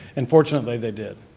and fortunately they did.